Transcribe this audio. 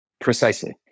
Precisely